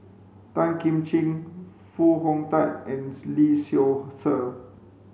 Tan Kim Ching Foo Hong Tatt and Lee Seow Ser